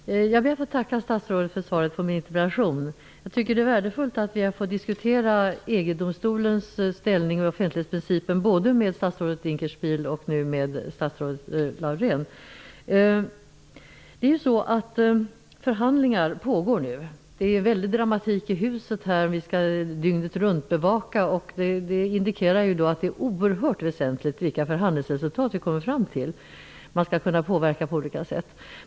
Herr talman! Jag ber att få tacka statsrådet för svaret på min interpellation. Jag tycker att det är värdefullt att få diskutera EU-domstolens ställning och offentlighetsprincipen både med statsrådet Förhandlingar pågår just nu. Det är en väldig dramatik i riksdagshuset; vi skall dygnet-runtbevaka detta. Det indikerar att frågan om vilka förhandlingsresultat vi kommer fram till är oerhört väsentlig. Man skall kunna påverka på olika sätt.